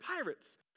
Pirates